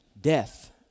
death